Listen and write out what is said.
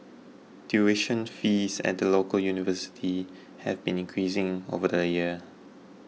tuition fees at the local universities have been increasing over the years